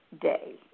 day